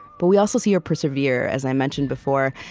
but we also see her persevere. as i mentioned before,